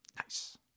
nice